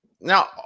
Now